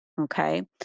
Okay